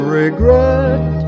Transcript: regret